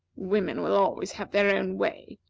women will always have their own way,